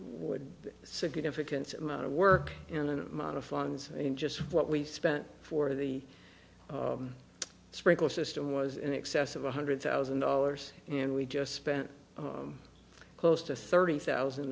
would be significant amount of work and an amount of funds and just what we spent for the sprinkler system was in excess of one hundred thousand dollars and we just spent close to thirty thousand